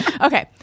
okay